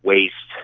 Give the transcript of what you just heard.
waste,